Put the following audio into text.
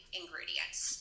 ingredients